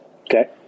Okay